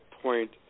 point